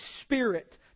Spirit